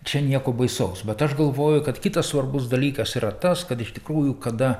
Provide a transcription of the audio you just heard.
čia nieko baisaus bet aš galvoju kad kitas svarbus dalykas yra tas kad iš tikrųjų kada